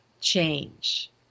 change